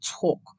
talk